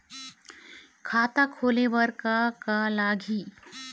खाता खोले बर का का लगही?